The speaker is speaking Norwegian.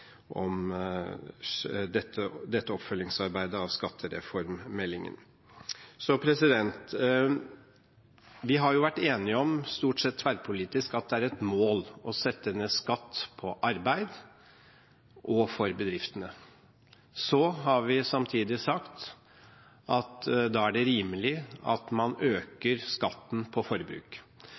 om dette oppfølgingsarbeidet av skattereformmeldingen. Vi har vært enige – stort sett tverrpolitisk – om at det er et mål å sette ned skatt på arbeid og for bedriftene. Så har vi samtidig sagt at da er det rimelig at man øker skatten på forbruk.